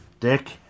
Dick